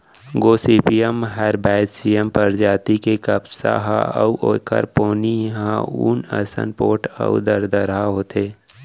Gossypium herbaceum परजाति के कपसा ह अउ एखर पोनी ह ऊन असन पोठ अउ दरदरा होथे